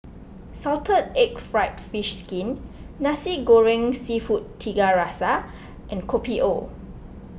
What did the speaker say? Salted Egg Fried Fish Skin Nasi Goreng Seafood Tiga Rasa and Kopi O